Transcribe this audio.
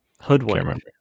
Hoodwink